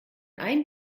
ein